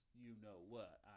you-know-what